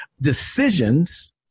Decisions